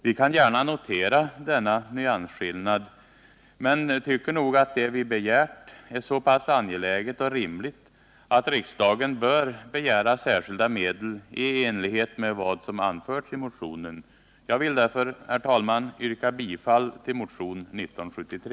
Vi kan gärna notera denna nyansskillnad men tycker nog att det vi begärt är så pass angeläget och rimligt att riksdagen bör begära särskilda medel i enlighet med det som anförts i motionen. Jag vill därför, herr talman, yrka bifall till motionen 1973.